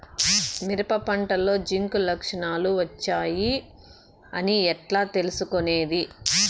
మిరప పంటలో జింక్ లక్షణాలు వచ్చాయి అని ఎట్లా తెలుసుకొనేది?